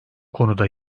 konuda